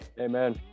Amen